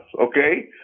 okay